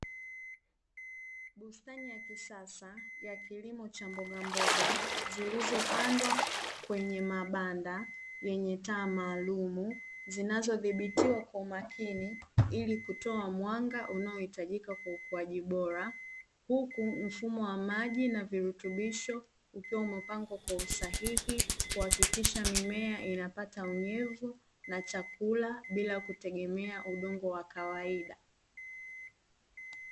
Bustani ya kisasa ya kilimo cha mbogamboga zilizopandwa kwenye mabanda yenye taa maalumu, zinazodhibitiwa kwa umakini ili kutoa mwanga unaohitajika kwa ukuaji bora. Huku mfumo wa maji na virutubisho ukiwa umepangwa kwa usahihi, kuhakikisha mimea inapata unyevu na chakula bila kutegemea udongo wa kawaida.